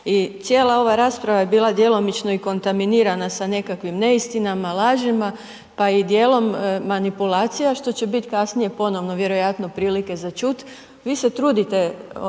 i cijela ova rasprava je bila djelomično i kontanimirana sa nekakvim neistinama, lažima pa je i dijelom manipulacija što će biti kasnije ponovno vjerojatno prilike za čuti. Vi se trudite